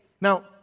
Now